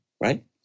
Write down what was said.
right